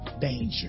danger